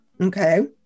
Okay